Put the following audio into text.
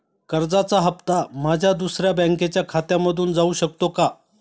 कर्जाचा हप्ता माझ्या दुसऱ्या बँकेच्या खात्यामधून जाऊ शकतो का?